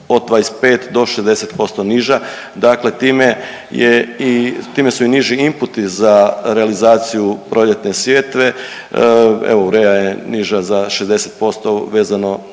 od 25 do 60% niža, dakle time su i niži imputi za realizaciju proljetne sjetve. Evo urea je niža za 60% vezano